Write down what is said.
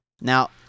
Now